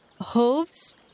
hooves